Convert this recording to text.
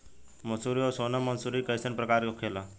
मंसूरी और सोनम मंसूरी कैसन प्रकार होखे ला?